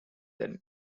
than